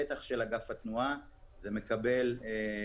בטח של אגף התנועה, זה מקבל נדבך